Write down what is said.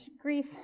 grief